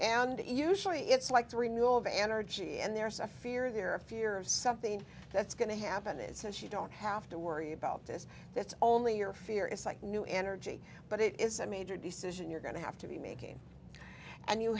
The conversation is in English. and usually it's like the renewable energy and there's few a where there a fear of something that's going to happen is since you don't have to worry about this it's only your fear it's like new energy but it is a major decision you're going to have to be making and you